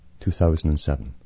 2007